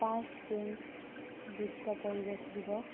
পাঁচ জুন বিশ্ব পৰিৱেশ দিৱস